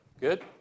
Good